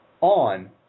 on